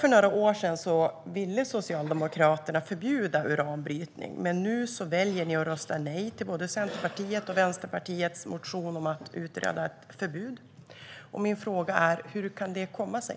För några år sedan ville Socialdemokraterna förbjuda uranbrytning. Men nu väljer ni att rösta nej till både Centerpartiets och Vänsterpartiets motioner om att utreda ett förbud. Min fråga är: Hur kan det komma sig?